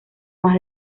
más